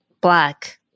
black